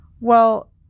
Well